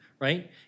right